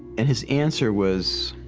and his answer was